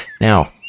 Now